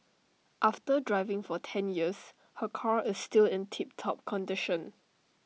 after driving for ten years her car is still in tip top condition